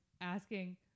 asking